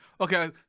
Okay